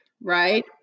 right